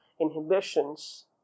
inhibitions